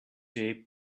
played